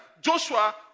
Joshua